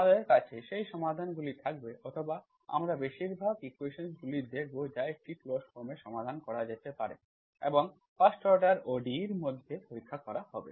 আমাদের কাছে সেই সমাধানগুলি থাকবে অথবা আমরা বেশিরভাগ ইকুয়েশন্সগুলি দেখব যা একটি ক্লোজড ফর্ম এ সমাধান করা যেতে পারে এবং এই 1st অর্ডার ODE এর মধ্যে পরীক্ষা করা হবে